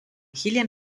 hiljem